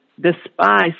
Despise